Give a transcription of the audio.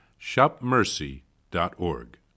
shopmercy.org